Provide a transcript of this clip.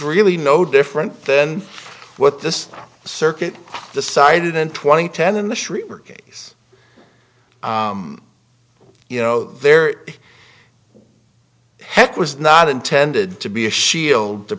really no different than what this circuit decided in twenty ten in the street where case you know there heck was not intended to be a shield to